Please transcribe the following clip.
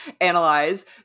analyze